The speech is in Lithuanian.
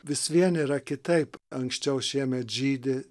vis vien yra kitaip anksčiau šiemet žydi